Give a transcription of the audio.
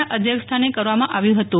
ના અધ્યક્ષ સ્થાને કરવામાં આવેલુ ફતું